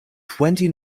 twenty